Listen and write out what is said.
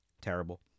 Terrible